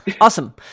Awesome